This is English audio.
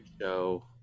show